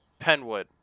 Penwood